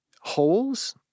holes